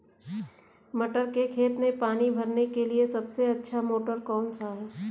मटर के खेत में पानी भरने के लिए सबसे अच्छा मोटर कौन सा है?